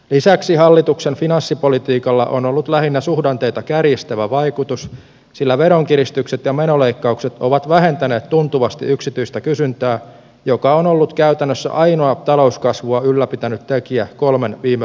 lisäksi hallituksen finanssipolitiikalla on ollut lähinnä suhdanteita kärjistävä vaikutus sillä veronkiristykset ja menoleikkaukset ovat vähentäneet tuntuvasti yksityistä kysyntää joka on ollut käytännössä ainoa talouskasvua ylläpitänyt tekijä kolmen viime vuoden ajan